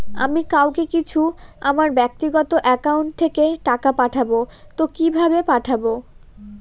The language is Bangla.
আমি কাউকে কিছু আমার ব্যাক্তিগত একাউন্ট থেকে টাকা পাঠাবো তো কিভাবে পাঠাবো?